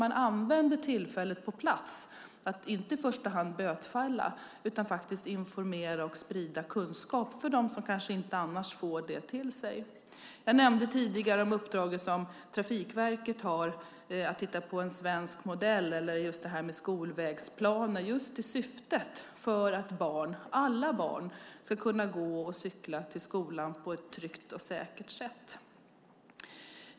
Man tog vara på tillfället att på plats inte i första hand bötfälla utan informera och sprida kunskap till dem som kanske inte annars får den. Jag nämnde tidigare det uppdrag som Trafikverket har för att titta på en svensk modell vad gäller skolvägsplan med syftet att alla barn ska kunna gå och cykla till skolan på ett tryggt och säkert sätt.